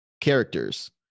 characters